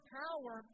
power